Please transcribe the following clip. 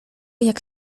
jak